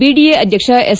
BDA ಅಧ್ಯಕ್ಷ S